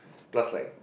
plus like